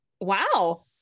Wow